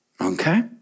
okay